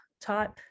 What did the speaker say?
type